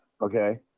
okay